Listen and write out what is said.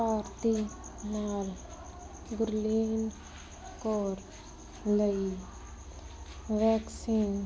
ਪਾਤਰੀ ਨਾਮ ਗੁਰਲੀਨ ਕੌਰ ਲਈ ਵੈਕਸੀਨ